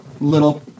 Little